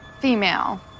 female